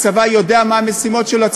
הצבא יודע מה המשימות שלו,